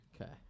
Okay